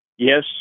Yes